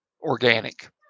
organic